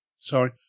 Sorry